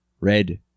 Red